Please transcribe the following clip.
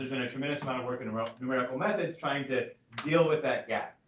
has been a tremendous amount of work in numerical methods trying to deal with that gap.